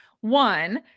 One